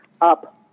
up